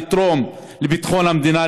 לתרום לביטחון המדינה,